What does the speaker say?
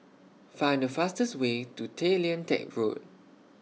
Find The fastest Way to Tay Lian Teck Road